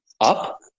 up